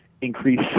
increase